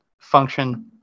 function